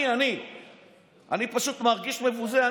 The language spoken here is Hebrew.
אני, אני פשוט מרגיש מבוזה.